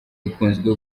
ikunze